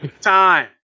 time